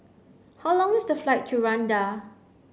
how long is the flight to Rwanda